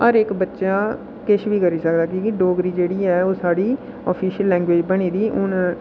हर इक बच्चा किश बी करी सकदा की कि डोगरी जेह्ड़ी ऐ ओह् साढ़ी आफिशियल लैंग्वेज बनी दी हून